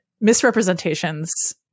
misrepresentations